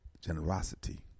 generosity